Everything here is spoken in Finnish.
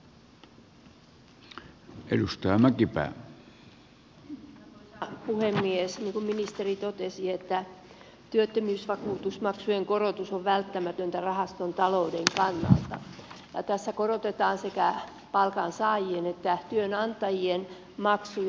niin kuin ministeri totesi työttömyysvakuutusmaksujen korotus on välttämätöntä rahaston talouden kannalta ja tässä korotetaan sekä palkansaajien että työnantajien maksuja